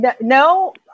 no